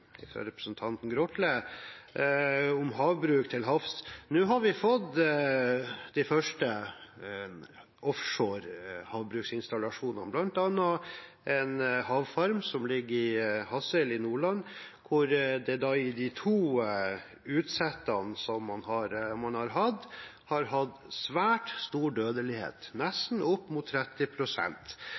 fra representanten Olve Grotle, om havbruk til havs. Nå har vi fått de første offshore havbruksinstallasjonene, bl.a. en havfarm som ligger i Hadsel i Nordland, hvor det i de to utsettene man har hatt, har vært svært stor dødelighet – nesten